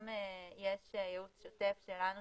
יש גם ייעוץ שוטף שלנו,